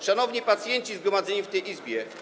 Szanowni pacjenci zgromadzeni w tej Izbie!